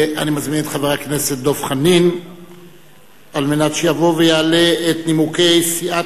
אני מזמין את חבר הכנסת דב חנין שיבוא ויעלה את נימוקי סיעת